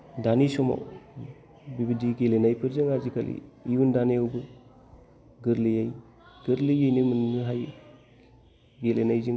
दानि समाव बिबायदि गेलेनायफोरजों आजिखालि इयुन दानायावबो गोर्लैयै गोर्लैयैनो मोन्नो हायो गेलेनायजों